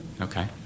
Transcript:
Okay